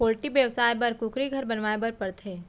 poultry बेवसाय बर कुकुरी घर बनवाए बर परथे